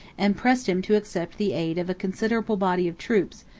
and pressed him to accept the aid of a considerable body of troops,